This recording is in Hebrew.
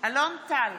אלון טל,